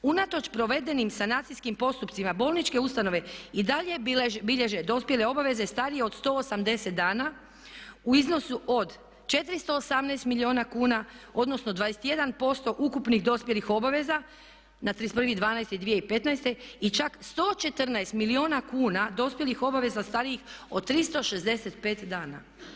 Unatoč provedenim sanacijskim postupcima bolničke ustanove i dalje bilježe dospjele obaveze starije od 180 dana u iznosu od 418 milijuna kuna, odnosno 21% ukupnih dospjelih obaveza na 31.12.2015. i čak 114 milijuna kuna dospjelih obaveza starijih od 365 dana.